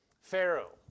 Pharaoh